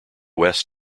west